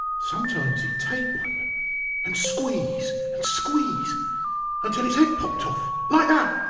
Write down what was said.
sometimes he'd take one and squeeze and squeeze until its head popped off. like yeah